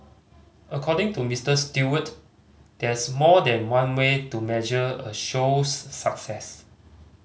according to Mister Stewart there's more than one way to measure a show's success